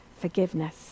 forgiveness